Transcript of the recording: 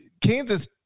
Kansas